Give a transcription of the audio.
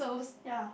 ya